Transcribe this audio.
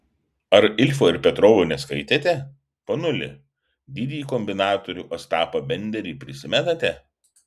ar ilfo ir petrovo neskaitėte ponuli didįjį kombinatorių ostapą benderį prisimenate